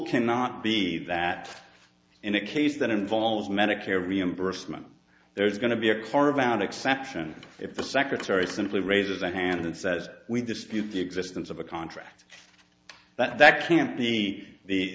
cannot be that in a case that involves medicare reimbursement there is going to be a carve out exception if the secretary simply raises their hand and says we dispute the existence of a contract but that can't be the